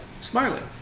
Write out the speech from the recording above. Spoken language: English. smiling